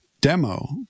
demo